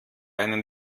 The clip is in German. einen